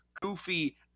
goofy